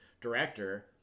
director